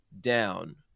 down